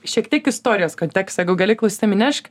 šiek tiek istorijos kontekstą gal gali klausytojam įnešk